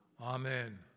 Amen